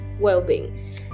well-being